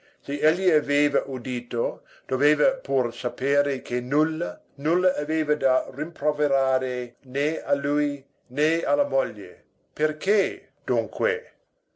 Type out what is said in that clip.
egli aveva udito doveva pur sapere che nulla nulla aveva da rimproverare né a lui né alla moglie perché dunque